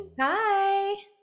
hi